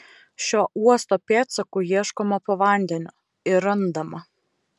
šio uosto pėdsakų ieškoma po vandeniu ir randama